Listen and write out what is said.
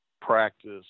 practice